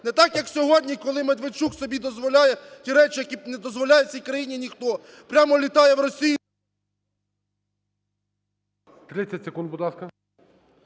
Не так, як сьогодні, коли Медведчук собі дозволяє ті речі, які не дозволяє в цій країні ніхто – прямо літає в Росію…